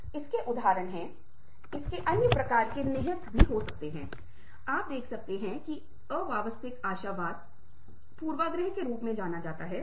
मतभेदों के लिए सुनो क्योंकि जब हम किसी और से बात करते हैं तो व्यक्ति हमारे अलावा कोई और होता है व्यक्ति स्वयं के अलावा कोई और होता है